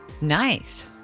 nice